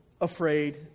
afraid